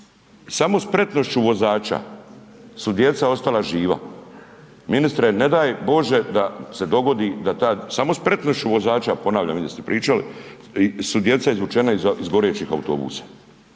Samo spretnošću vozača su djeca ostala živa. Ministre, ne daj Bože da se dogodi, samo spretnošću vozača, ponavljam jel ste pričali, su djeca izvučena iz gorećih autobusa.